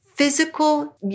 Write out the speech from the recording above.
physical